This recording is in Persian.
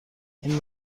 این